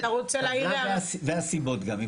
והסיבות גם.